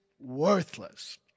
worthless